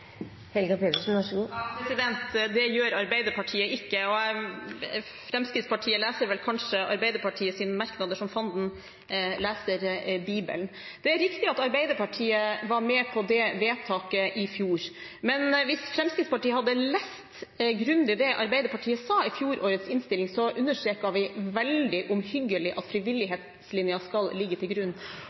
Det gjør Arbeiderpartiet ikke. Fremskrittspartiet leser vel kanskje Arbeiderpartiets merknader som fanden leser Bibelen. Det er riktig at Arbeiderpartiet var med på det vedtaket i fjor, men hvis Fremskrittspartiet hadde lest grundig det Arbeiderpartiet sa i fjorårets innstilling, understreket vi veldig omhyggelig at frivillighetslinjen skal ligge til grunn.